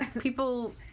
people